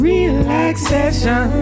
Relaxation